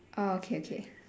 ah okay okay